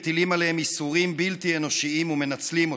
מטילים עליהם ייסורים בלתי אנושיים ומנצלים אותם.